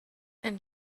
and